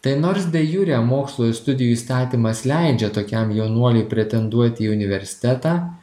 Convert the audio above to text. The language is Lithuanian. tai nors de jure mokslo ir studijų įstatymas leidžia tokiam jaunuoliui pretenduoti į universitetą